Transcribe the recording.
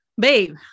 babe